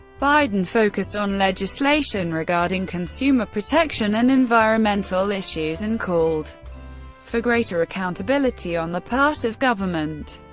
biden focused on legislation regarding consumer-protection and environmental issues and called for greater accountability on the part of government.